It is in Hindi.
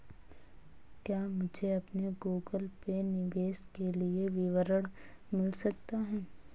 क्या मुझे अपने गूगल पे निवेश के लिए विवरण मिल सकता है?